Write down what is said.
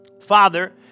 Father